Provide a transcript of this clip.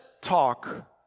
talk